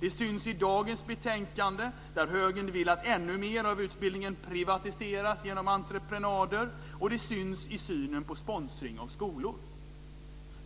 Det syns i dagens betänkande, där högern vill att ännu mer av utbildningen privatiseras genom entreprenader, och det syns i synen på sponsring av skolor.